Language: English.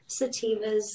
Sativas